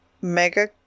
Mega